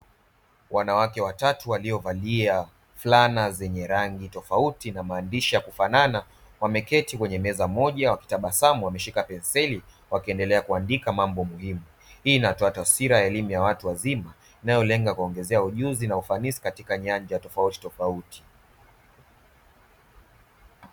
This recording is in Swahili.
Wanawake watatu waliyovalia fulana zenye rangi tofauti na maandishi ya kufanana wameketi kwenye meza moja wakitabasamu wameshika penseli wakiendelea kuandika mambo muhimu. Hii inatoa taswira ya elimu ya watu wazima inayolenga kuwaongezea ujuzi na ufanisi katika nyanja tofautitofauti.